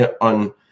on